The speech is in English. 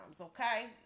Okay